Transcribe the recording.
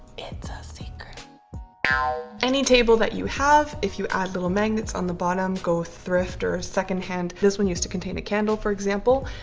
it's ah a secret any table that you have, if you add little magnets on the bottom go thrift or a secondhand this one used to contain a candle. for example,